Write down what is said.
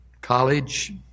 college